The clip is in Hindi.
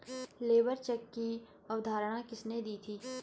लेबर चेक की अवधारणा किसने दी थी?